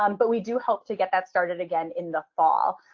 um but we do hope to get that started again in the fall.